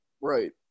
Right